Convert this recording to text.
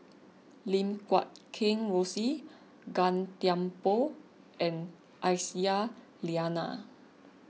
Lim Guat Kheng Rosie Gan Thiam Poh and Aisyah Lyana